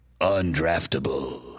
Undraftable